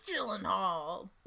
Gyllenhaal